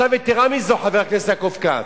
יתירה מזאת, חבר הכנסת יעקב כץ,